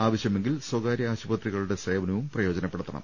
ആവശ്യമെങ്കിൽ സ്ഥകാര്യ ആശുപത്രികളുടെ സേവ നവും പ്രയോജനപ്പെടുത്തണം